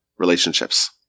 relationships